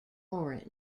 orange